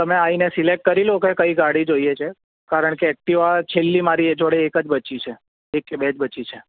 તમે આઈને સિલેક્ટ કરી લો કે કઈ ગાડી જોઈએ છે કારણ કે એકટીવા છેલ્લી મારી જોડે એક બચી છે એક કે બે જ બચી છે